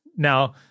Now